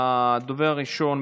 הדובר הראשון,